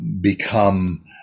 become